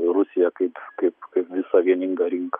į rusiją kaip kaip visą vieningą rinką